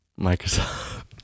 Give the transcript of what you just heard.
Microsoft